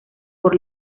por